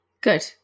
Good